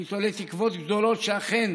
אני תולה תקוות גדולות שאכן,